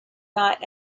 not